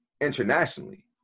internationally